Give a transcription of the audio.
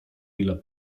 ile